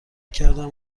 کردم